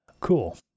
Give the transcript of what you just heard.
cool